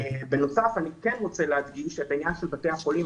אני רוצה להדגיש את עניין בתי החולים.